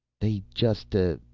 they just, ah,